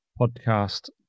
podcast